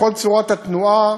בכל צורת התנועה.